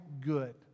good